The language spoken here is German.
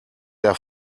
der